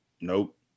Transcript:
nope